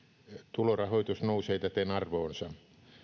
tulorahoitus nousee täten arvoonsa